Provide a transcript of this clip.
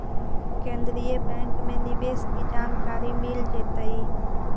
केन्द्रीय बैंक में निवेश की जानकारी मिल जतई